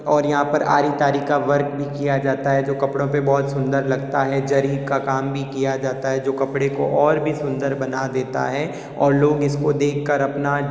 और यहाँ पर आरी तारी का वर्क भी किया जाता है जो कपड़ों पे बहुत सुंदर लगता है जरी का काम भी किया जाता है जो कपड़े को और भी सुंदर बना देता है और लोग इसको देखकर अपना